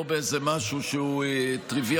לא באיזה משהו שהוא טריוויאלי,